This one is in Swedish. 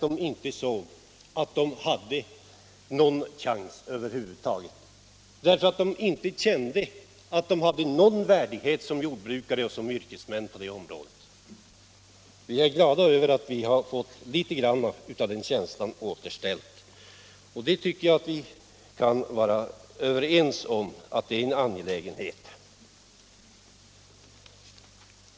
De ansåg sig inte ha någon chans över huvud taget, de kände inte att de hade någon värdighet som jordbrukare och som yrkesmän på det området. Vi är glada över att vi har fått litet av den känslan återställd. Jag tycker att vi kan vara överens om att det är angeläget.